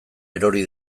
erori